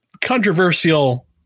controversial